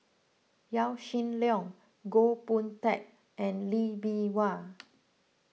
Yaw Shin Leong Goh Boon Teck and Lee Bee Wah